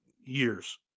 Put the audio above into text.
years